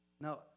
no